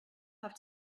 have